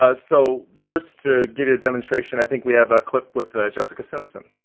ah so first to give you a demonstration, i think we have a clip with jessica simpson.